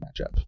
matchup